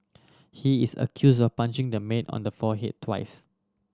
he is accused of punching the maid on her forehead twice